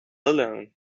alone